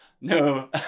no